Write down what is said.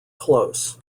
close